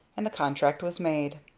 and the contract was made.